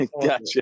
Gotcha